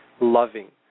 loving